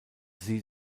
sie